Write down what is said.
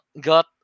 got